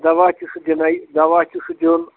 دوا تہِ چھُ دِنَے دَوا تہِ چھُ دِیُن